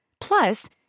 Plus